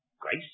grace